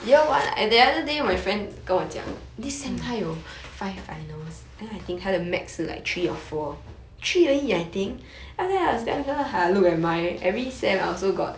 mm